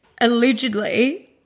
allegedly